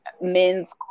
Men's